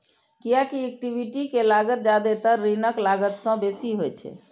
कियैकि इक्विटी के लागत जादेतर ऋणक लागत सं बेसी होइ छै